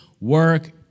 work